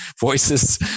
voices